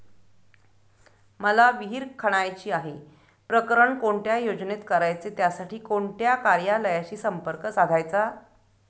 मला विहिर खणायची आहे, प्रकरण कोणत्या योजनेत करायचे त्यासाठी कोणत्या कार्यालयाशी संपर्क साधायचा?